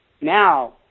now